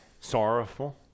sorrowful